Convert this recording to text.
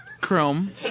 Chrome